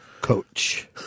coach